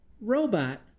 Robot